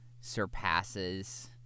surpasses